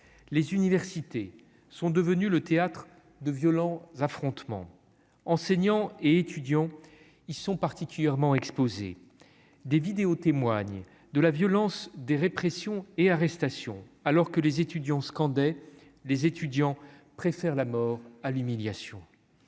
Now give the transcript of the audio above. les universités sont devenues le théâtre de violents affrontements, enseignants et étudiants, ils sont particulièrement exposés des vidéos témoignent de la violence des répressions et arrestations, alors que les étudiants scandaient les étudiants préfèrent la mort à l'humiliation,